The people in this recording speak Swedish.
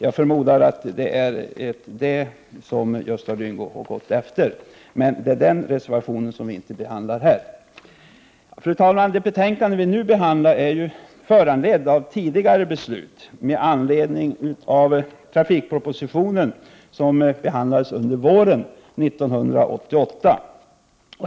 Jag förmodar att Gösta Lyngå har utgått flygtrafik från den. Men den debatterar vi inte nu. Fru talman! Det betänkande som vi nu behandlar är föranlett av tidigare beslut med anledning av trafikpropositionen under våren 1988.